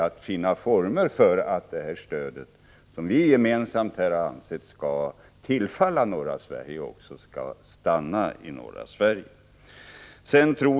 Denna fråga arbetar vi för närvarande med, och jag har diskuterat den med LRF.